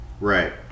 right